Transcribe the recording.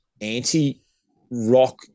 anti-rock